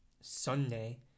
Sunday